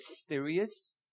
serious